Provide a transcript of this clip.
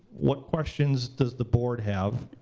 what questions does the board have,